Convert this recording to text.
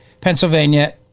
Pennsylvania